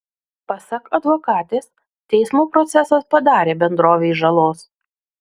pasak advokatės teismo procesas padarė bendrovei žalos